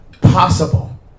possible